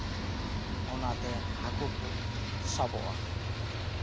ᱚᱱᱟᱛᱮ ᱦᱟᱹᱠᱩ ᱠᱚ ᱥᱟᱵᱚᱜᱼᱟ